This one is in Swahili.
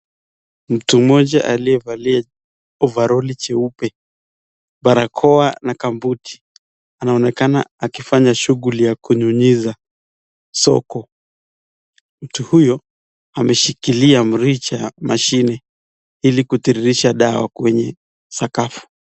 Mtu mmoja aliyevalia ovaroli cheupe, barakoa na kabuti, anaonekana akifanya shughuli ya kunyunyiza soko. Mtu huyo ameshikilia mrija mashini kutiririsha dawa kwenye sakafu.